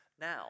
now